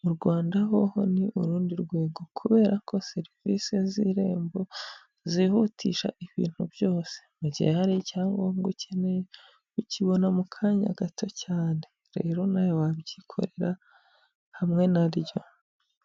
Mu Rwanda ho ho ni urundi rwego, kubera ko serivisi z'irembo zihutisha ibintu byose. Mu gihe hari icyangombwa ukeneye, ukibona mu kanya gato cyane. Rero nawe wabyikorera hamwe na ryo.